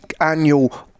annual